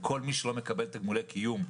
לכל מי שלא מקבל תגמולי קיום.